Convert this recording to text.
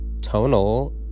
tonal